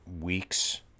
weeks